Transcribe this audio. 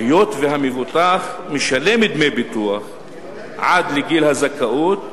אף-על-פי שהמבוטח משלם דמי ביטוח עד לגיל הזכאות,